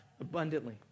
abundantly